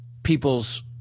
People's